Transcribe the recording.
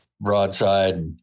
broadside